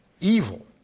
evil